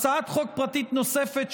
הצעת חוק פרטית נוספת,